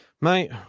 mate